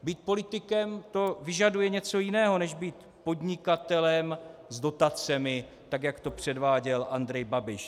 Být politikem, to vyžaduje něco jiného než být podnikatelem s dotacemi, tak jak to předváděl Andrej Babiš.